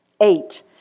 Eight